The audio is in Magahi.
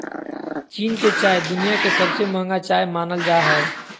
चीन के चाय दुनिया के सबसे महंगा चाय मानल जा हय